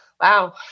wow